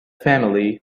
family